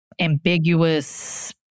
ambiguous